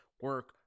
Work